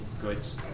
goods